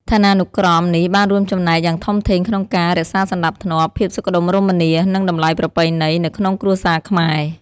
ឋានានុក្រមនេះបានរួមចំណែកយ៉ាងធំធេងក្នុងការ រក្សាសណ្ដាប់ធ្នាប់ ភាពសុខដុមរមនា និងតម្លៃប្រពៃណី នៅក្នុងគ្រួសារខ្មែរ។